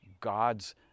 God's